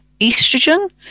estrogen